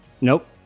Nope